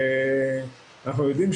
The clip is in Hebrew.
אמנון,